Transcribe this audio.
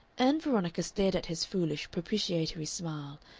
ann veronica stared at his foolish, propitiatory smile,